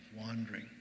wandering